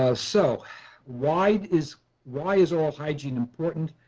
ah so why is why is oral hygiene important